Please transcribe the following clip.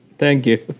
thank you